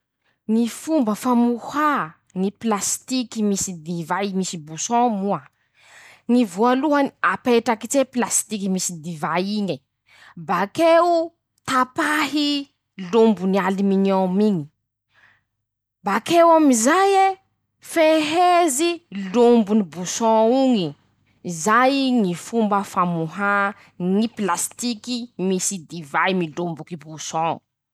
Ñy fomba famohà ñy pilasitiky misy divay misy bousson moa: -ñy voalohany. apetraky tse pilasitiky misy divay iñe ;bakeo tampahy lombony alminium iñy ;bakeo amizaye fehezy lombony bousson oñy. zay ñy fomba famoha ñy pilasitiky misy divay milomboky bousson.